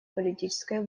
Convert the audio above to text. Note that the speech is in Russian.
политической